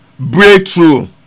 Breakthrough